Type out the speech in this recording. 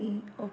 ଓ